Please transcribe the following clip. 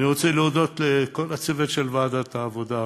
אני רוצה להודות לכל הצוות של ועדת העבודה,